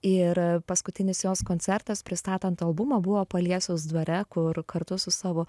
ir paskutinis jos koncertas pristatant albumą buvo paliesos dvare kur kartu su savo